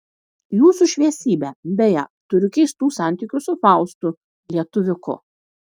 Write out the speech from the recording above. jūsų šviesybe beje turiu keistų santykių su faustu lietuviuku